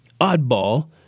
oddball